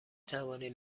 توانید